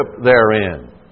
therein